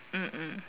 mm mm